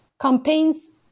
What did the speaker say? campaigns